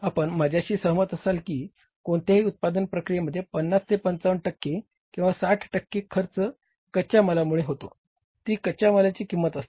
आपण माझ्याशी सहमत असाल की कोणत्याही उत्पादन प्रक्रियेमध्ये पन्नास ते पंच्चावन टक्के किंवा साठ टक्के खर्च कच्या मालामुळे होतो ती कच्या मालाची किंमत असते